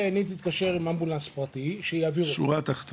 במקר שכזה החברה קדישא תתקשר עם אמבולנס פרטי שיעביר את הנפטר.